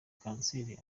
kanseri